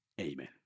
amen